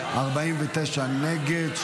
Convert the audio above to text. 49 נגד,